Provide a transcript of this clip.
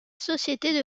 société